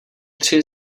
tři